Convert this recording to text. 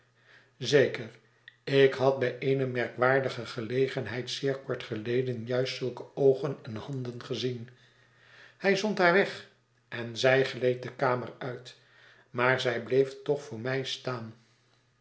zeker t ik had bij eene merkwaardige gelegenheid zeer kort geleden juist zulke oogen en handen gezien hij zond haar weg en zij gleed de kamer uit maar zij bleef toch voor mij staan